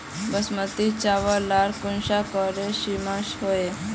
बासमती चावल लार कुंसम करे किसम होचए?